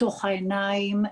בתוך העיניים.